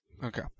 Okay